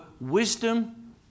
wisdom